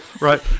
Right